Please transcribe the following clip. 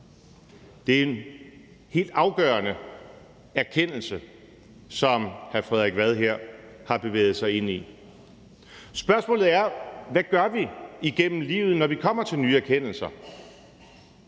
Det er en helt afgørende erkendelse, som hr. Frederik Vad her har bevæget sig ind i. Spørgsmålet er, hvad vi gør igennem livet, når vi kommer til nye erkendelser.